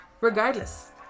Regardless